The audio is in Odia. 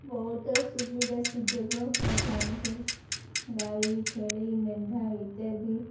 ବହୁତ ସୁବିଧା ସୁଯୋଗ ହୋଇଥାନ୍ତି ଗାଈ ଛେଳି ମେଣ୍ଢା ଇତ୍ୟାଦି